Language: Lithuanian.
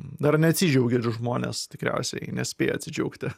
dar neatsidžiaugia žmonės tikriausiai nespėjo atsidžiaugti